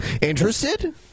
Interested